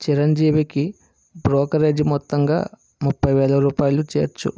చిరంజీవికి బ్రోకరేజీ మొత్తంగా ముప్పై వేల రూపాయలు చేర్చు